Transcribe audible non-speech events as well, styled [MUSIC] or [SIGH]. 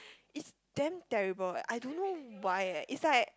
[BREATH] is damn terrible I don't know why eh is like